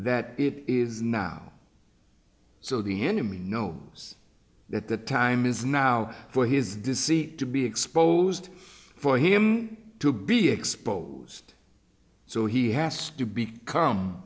that it is now so the enemy knows that the time is now for his deceit to be exposed for him to be exposed so he has to be